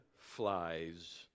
flies